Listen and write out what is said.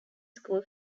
school